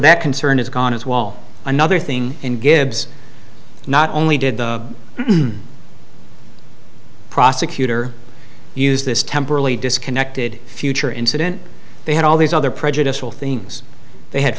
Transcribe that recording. that concern is gone as wall another thing in gibbs not only did the prosecutor use this temporarily disconnected future incident they had all these other prejudicial things they had